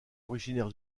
originaire